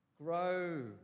Grow